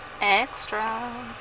extra